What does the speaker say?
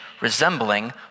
resembling